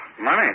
money